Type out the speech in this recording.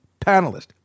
panelist